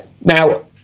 now